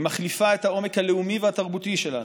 היא מחליפה את העומק הלאומי והתרבותי שלנו,